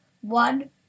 one